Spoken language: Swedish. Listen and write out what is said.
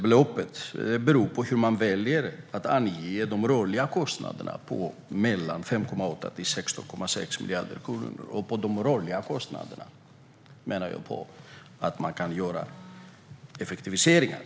Beloppet beror på hur man väljer att ange de rörliga kostnaderna på mellan 5,8 och 16,6 miljarder kronor. När det gäller de rörliga kostnaderna menar jag att man kan göra effektiviseringar.